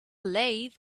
lathe